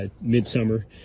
midsummer